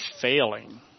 failing